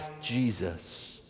Jesus